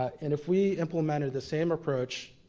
and if we implemented the same approach,